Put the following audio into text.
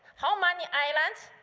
how many islands,